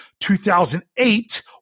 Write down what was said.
2008